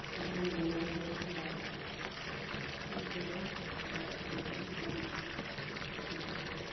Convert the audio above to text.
ᱮᱴᱟᱜ ᱨᱮᱱ ᱵᱚᱸᱜᱟ ᱵᱩᱨᱩᱜᱮᱠᱚ ᱫᱟᱲᱮᱭᱟᱜᱼᱟ ᱚᱱᱟ ᱛᱮᱜᱮ ᱮᱴᱟᱜ ᱥᱮᱫ ᱜᱮᱠᱚ ᱪᱟᱞᱟᱜ ᱠᱟᱱᱟ